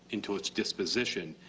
into its disposition,